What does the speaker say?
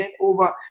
over